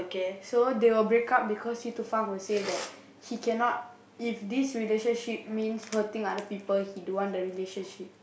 so they will break up because Si Tu Feng will say that he cannot if this relationship means hurting other people he don't want the relationship